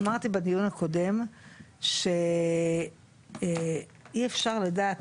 אמרתי בדיון הקודם שאי אפשר לדעת,